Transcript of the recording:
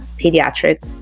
pediatric